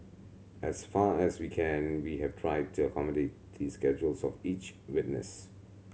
as far as we can we have tried to accommodate the schedules of each witness